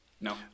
No